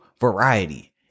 variety